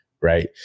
right